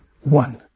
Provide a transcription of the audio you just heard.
one